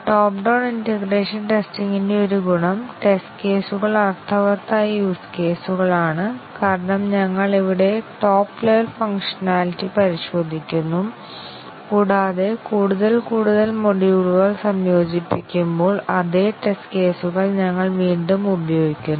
top down integration ടെസ്റ്റിംഗിന്റെ ഒരു ഗുണം ടെസ്റ്റ് കേസുകൾ അർത്ഥവത്തായ യൂസ് കേസുകളാണ് കാരണം ഞങ്ങൾ ഇവിടെ ടോപ്പ് ലെവൽ ഫംഗ്ഷണാലിറ്റി പരിശോധിക്കുന്നു കൂടാതെ കൂടുതൽ കൂടുതൽ മൊഡ്യൂളുകൾ സംയോജിപ്പിക്കുമ്പോൾ അതേ ടെസ്റ്റ് കേസുകൾ ഞങ്ങൾ വീണ്ടും ഉപയോഗിക്കുന്നു